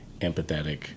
empathetic